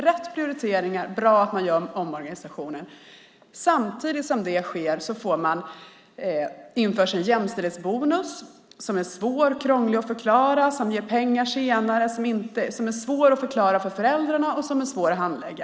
Rätt prioriteringar och bra att man gör en omorganisation, men samtidigt som detta sker införs en jämställdhetsbonus som ger pengar senare, är svår och krånglig att förklara för föräldrarna och som är svår att handlägga.